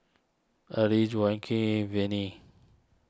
Early Joaquin Venie